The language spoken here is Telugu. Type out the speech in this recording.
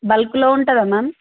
బల్క్లో ఉంటుందా మ్యామ్